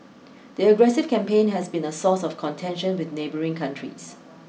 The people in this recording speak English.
the aggressive campaign has been a source of contention with neighbouring countries